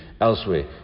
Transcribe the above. elsewhere